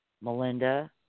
Melinda